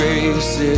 Grace